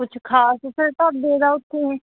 ਕੁਛ ਖ਼ਾਸ ਸਰ ਢਾਬੇ ਦਾ ਉੱਥੇ